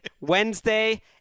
Wednesday